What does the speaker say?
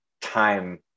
time